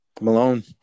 Malone